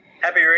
Happy